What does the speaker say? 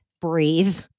breathe